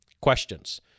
Questions